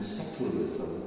secularism